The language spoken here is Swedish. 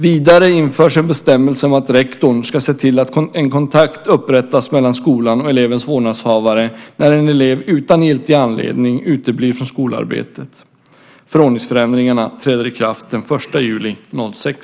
Vidare införs en bestämmelse om att rektorn ska se till att en kontakt upprättas mellan skolan och elevens vårdnadshavare när en elev utan giltig anledning uteblir från skolarbetet. Förordningsändringarna träder i kraft den 1 juli 2006.